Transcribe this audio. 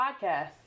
podcast